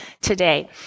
today